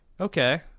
Okay